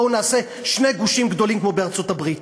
בואו נעשה שני גושים גדולים כמו בארצות-הברית.